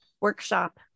workshop